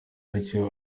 atyo